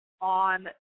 on